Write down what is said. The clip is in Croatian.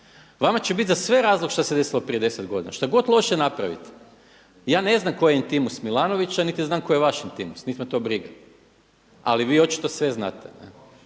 Vama će biti za sve razlog šta se desilo prije 10 godina, šta god loše napravite. Ja ne znam tko je intimus Milanovića niti znam koji je vaš intimus, niti me to briga. Ali vi očito sve znate.